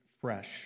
fresh